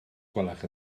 gwelwch